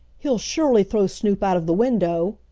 he'll surely throw snoop out of the window.